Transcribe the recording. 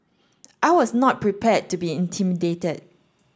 I was not prepared to be intimidated